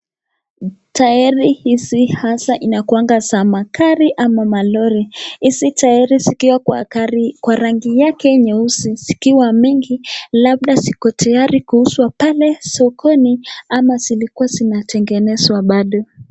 Tahiri hizi hasa inakuanga za magari ama malori. Hizi tahiri zikiwa kwa rangi yake nyeusi zikiwa mingi labda ziko tayari kuuzwa pale sokoni ama zilikuwa zinatengenezwa bado.